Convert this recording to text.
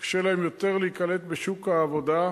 קשה להם יותר להיקלט בשוק העבודה.